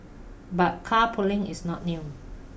but carpooling is not new